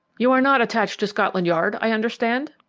you're not attached to scotland yard, i understand?